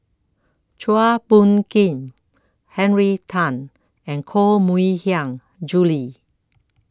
Chua Phung Kim Henry Tan and Koh Mui Hiang Julie